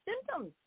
symptoms